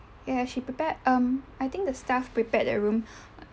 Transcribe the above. ya she prepared um I think the staff prepared that room